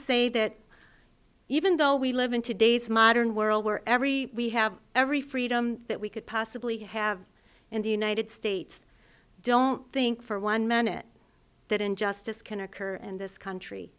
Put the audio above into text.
say that even though we live in today's modern world where every we have every freedom that we could possibly have in the united states don't think for one minute that injustice can occur in this country